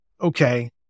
okay